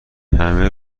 همه